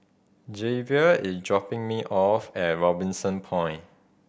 Javier is dropping me off at Robinson Point